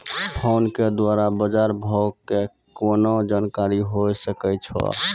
Phone के द्वारा बाज़ार भाव के केना जानकारी होय सकै छौ?